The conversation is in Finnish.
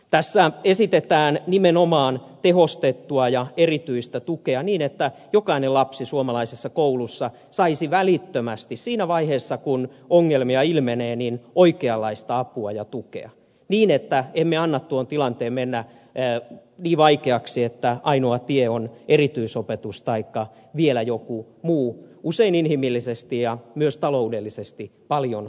tässä esitetään nimenomaan tehostettua ja erityistä tukea niin että jokainen lapsi suomalaisessa koulussa saisi välittömästi siinä vaiheessa kun ongelmia ilmenee oikeanlaista apua ja tukea niin että emme anna tuon tilanteen mennä niin vaikeaksi että ainoa tie on erityisopetus taikka joku muu usein inhimillisesti ja myös taloudellisesti vielä paljon kalliimpi tie